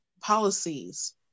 policies